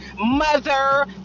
mother